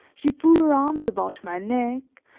she threw her arms about my neck,